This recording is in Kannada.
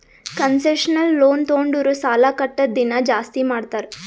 ಕನ್ಸೆಷನಲ್ ಲೋನ್ ತೊಂಡುರ್ ಸಾಲಾ ಕಟ್ಟದ್ ದಿನಾ ಜಾಸ್ತಿ ಮಾಡ್ತಾರ್